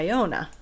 Iona